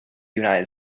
united